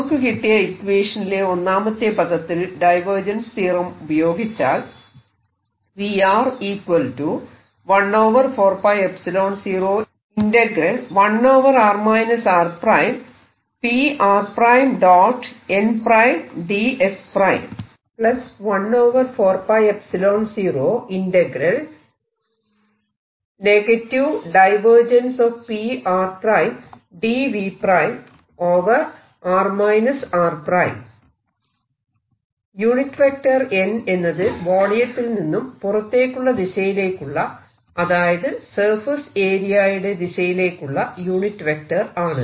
നമുക്ക് കിട്ടിയ ഇക്വേഷനിലെ ഒന്നാമത്തെ പദത്തിൽ ഡൈവേർജൻസ് തിയറം ഉപയോഗിച്ചാൽ nʹ എന്നത് വോളിയത്തിൽ നിന്നും പുറത്തേക്കുള്ള ദിശയിലേക്കുള്ള അതായത് സർഫേസ് ഏരിയയുടെ ദിശയിലേക്കുള്ള യൂണിറ്റ് വെക്റ്റർ ആണ്